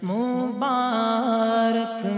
Mubarak